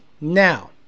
now